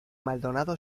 maldonado